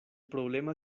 problema